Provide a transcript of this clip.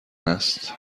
است